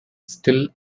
still